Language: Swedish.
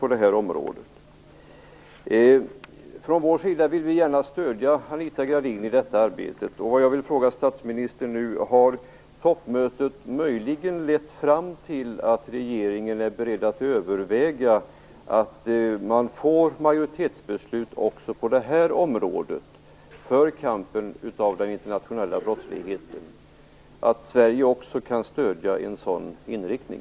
Vi vill från vår sida gärna stödja Anita Gradin i detta arbete. Jag vill nu fråga statsministern: Har toppmötet möjligen lett fram till att regeringen är beredd att överväga majoritetsbeslut också på det här området, när det gäller kampen mot den internationella brottsligheten? Kan Sverige stödja en sådan inriktning?